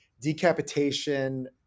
decapitation